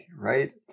right